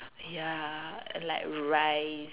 ya and like rice